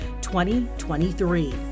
2023